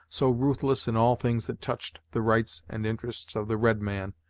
so ruthless in all things that touched the rights and interests of the red man,